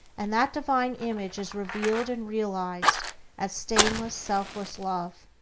and that divine image is revealed and realized as stainless, selfless love.